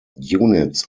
units